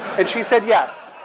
and she said, yes.